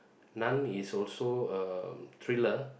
nun is also a thriller